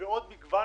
ראובן